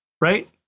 Right